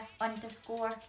underscore